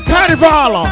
Carnival